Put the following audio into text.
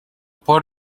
port